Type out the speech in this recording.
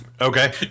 Okay